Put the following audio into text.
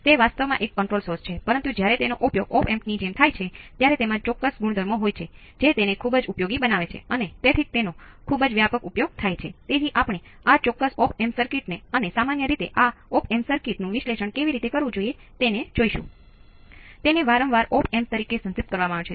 તે non inverting amplifier મૂલ્યોને અહી વ્યવસ્થિત રીતે પસંદ કરવામાં આવે છે